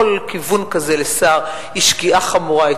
כל כיוון כזה לשר היא שגיאה חמורה,